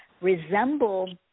resemble